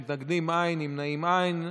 מתנגדים, אין, נמנעים, אין.